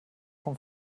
vom